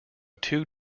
two